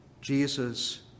Jesus